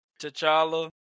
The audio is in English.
T'Challa